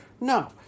No